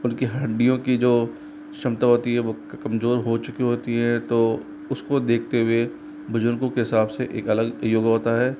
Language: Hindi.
उनकी हड्डियों की जो क्षमता होती है वह कमजोर हो चुकी होती है तो उसको देखते हुए बुजुर्गों के हिसाब से एक अलग योगा होता है